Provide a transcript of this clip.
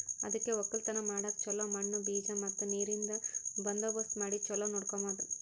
ಅದುಕೆ ಒಕ್ಕಲತನ ಮಾಡಾಗ್ ಚೊಲೋ ಮಣ್ಣು, ಬೀಜ ಮತ್ತ ನೀರಿಂದ್ ಬಂದೋಬಸ್ತ್ ಮಾಡಿ ಚೊಲೋ ನೋಡ್ಕೋಮದ್